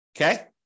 okay